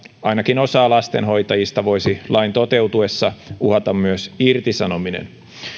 ainakin osaa lastenhoitajista voisi lain toteutuessa uhata myös irtisanominen